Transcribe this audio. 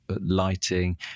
lighting